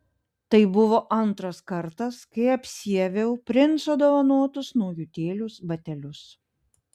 tai buvo antras kartas kai apsiaviau princo dovanotus naujutėlius batelius